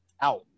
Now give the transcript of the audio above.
out